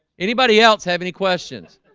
anybody else have any questions